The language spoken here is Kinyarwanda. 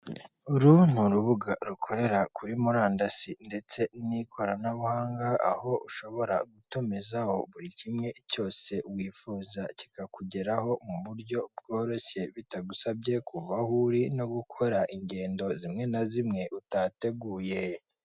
Uru ni urubuga rukorera kuri murandasi ndetse n'ikoranabuhanga, aho ushobora gutumizaho buri kimwe cyose wifuza kikakugeraho mu buryo bworoshye bitagusabye kuva aho uri no gukora ingendo zimwe na zimwe utateguye.